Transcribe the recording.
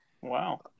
Wow